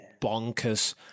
bonkers